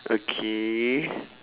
okay